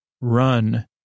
run